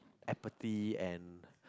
empathy and